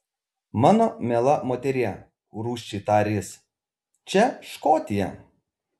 mano miela moterie rūsčiai tarė jis čia škotija